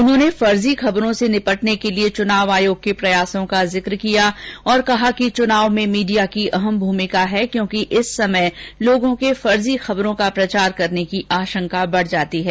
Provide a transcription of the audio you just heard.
उन्होंने फर्जी खबरों से निपटने के लिए चुनाव आयोग के प्रयासों का जिक किया और कहा कि चुनाव में मीडिया की अहम भूमिका है क्योंकि इस समय लोगों के फर्जी खबरों का प्रचार करने की आशंका बढ जाती है